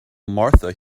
martha